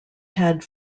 had